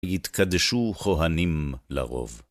יתקדשו כוהנים לרוב.